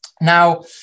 Now